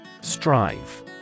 Strive